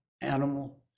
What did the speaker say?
animal